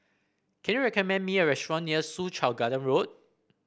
can you recommend me a restaurant near Soo Chow Garden Road